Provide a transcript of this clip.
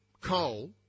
coal